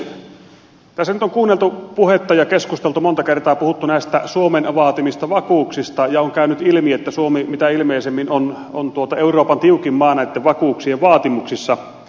tässä nyt on kuunneltu puhetta ja keskusteltu monta kertaa puhuttu näistä suomen vaatimista vakuuksista ja on käynyt ilmi että suomi mitä ilmeisimmin on euroopan tiukin maa näitten vakuuksien vaatimuksissa